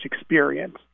experience